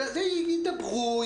ידברו,